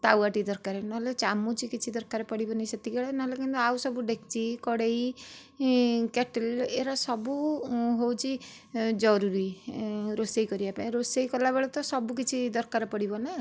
ତାୱାଟି ଦରକାର ନହେଲେ ଚାମଚ କିଛି ଦରକାର ପଡ଼ିବନି ସେତିକିବେଳେ ନହେଲେ କିନ୍ତୁ ଆଉ ସବୁ ଡେକ୍ଚି କଡ଼େଇ କେଟେଲ୍ ଏଗୁଡ଼ାକ ସବୁ ହେଉଛି ଜରୁରୀ ରୋଷେଇ କରିବା ପାଇଁ ରୋଷେଇ କଲାବେଳେ ତ ସବୁ କିଛି ଦରକାର ପଡ଼ିବ ନା